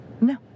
no